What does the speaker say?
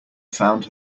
found